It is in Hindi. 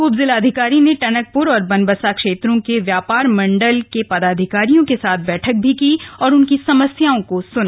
उपजिलाधिकारी ने टनकपुर और बनबसा क्षेत्रों के व्यापर मंडल के पदाधिकारियों के साथ बैठक भी की और उनकी समस्याओं को सुना